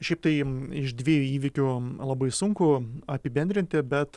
šiaip tai iš dviejų įvykių labai sunku apibendrinti bet